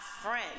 friend